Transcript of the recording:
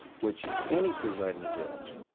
which any presiding judge,